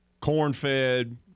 corn-fed